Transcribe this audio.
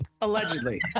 allegedly